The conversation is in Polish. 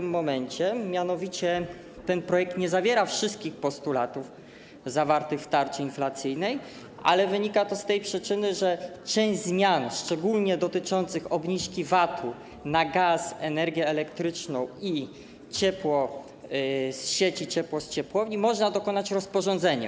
Mianowicie ten projekt nie zawiera wszystkich postulatów zawartych w tarczy inflacyjnej, ale wynika to z tej przyczyny, że części zmian, szczególnie dotyczących obniżki VAT-u na gaz, energię elektryczną i ciepło z sieci, ciepło z ciepłowni, można dokonać w rozporządzeniu.